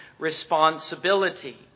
Responsibility